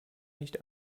nicht